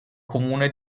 comune